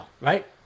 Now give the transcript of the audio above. right